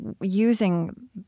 using